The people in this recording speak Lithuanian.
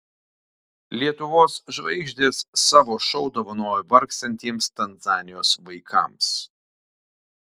lietuvos žvaigždės savo šou dovanojo vargstantiems tanzanijos vaikams